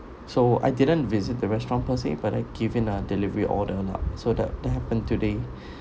so I didn't visit the restaurant per se but I give in a delivery order lah so that that happen today